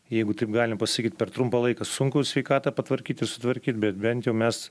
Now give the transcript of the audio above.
jeigu taip galim pasakyt per trumpą laiką sunku sveikatą patvarkyt ir sutvarkyt bet bent jau mes